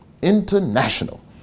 International